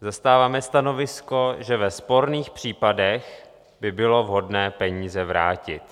Zastáváme stanovisko, že ve sporných případech by bylo vhodné peníze vrátit.